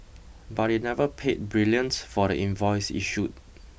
but it never paid brilliant for the invoice issued